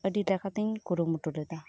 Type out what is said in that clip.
ᱟᱰᱤ ᱞᱮᱠᱟᱛᱤᱧ ᱠᱩᱨᱩᱢᱩᱴᱩ ᱞᱮᱫᱟ